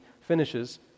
finishes